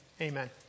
amen